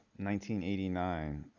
1989